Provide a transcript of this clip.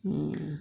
mm